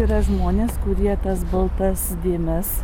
yra žmonės kurie tas baltas dėmes